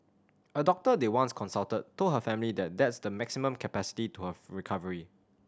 a doctor they once consulted told her family that that's the maximum capacity to her recovery